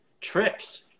tricks